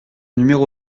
numéro